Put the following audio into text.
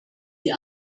die